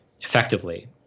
effectively